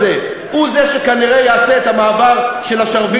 הזה הוא זה שכנראה יעשה את המעבר של השרביט,